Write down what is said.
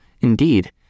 Indeed